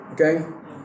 Okay